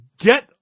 Get